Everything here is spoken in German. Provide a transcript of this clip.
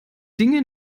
dinge